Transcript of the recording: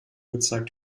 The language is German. gezeigt